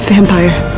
Vampire